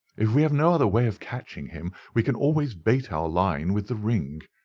if we have no other way of catching him, we can always bait our line with the ring.